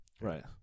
Right